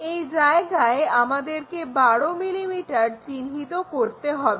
এই জায়গায় আমাদেরকে 12 mm চিহ্নিত করতে হবে